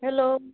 hello